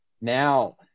now